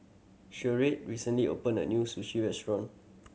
Sharde recently opened a new Sushi Restaurant